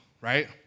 right